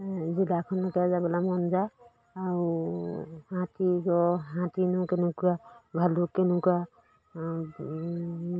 জিলাখনকে যাবলৈ মন যায় আৰু হাতী গঁড় হাতীনো কেনেকুৱা ভালুক কেনেকুৱা